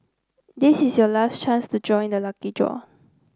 this is your last chance to join the lucky draw